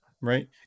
Right